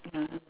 ya